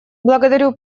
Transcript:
благодарю